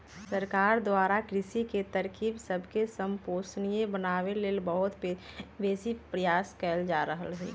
सरकार द्वारा कृषि के तरकिब सबके संपोषणीय बनाबे लेल बहुत बेशी प्रयास कएल जा रहल हइ